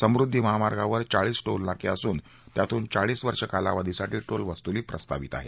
समृद्वी महामार्गावर चाळीस टोलनाके असून त्यातून चाळीस वर्ष कालावधीसाठी टोलवसूली प्रस्तावित आहे